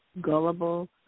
gullible